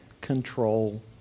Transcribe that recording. control